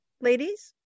ladies